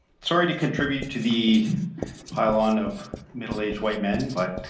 sorry to contribute to the pylon of middle-aged white men, but